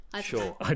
sure